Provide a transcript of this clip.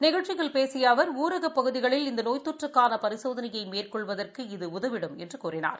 நிகழ்ச்சியில் பேசிய அவர் ஊரகப் பகுதிகளில் இந்த நோய் தொற்றுக்கான பரிசோதனையை மேற்கொள்வதற்கு இது உதவிடும் என்று கூறினார்